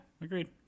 agreed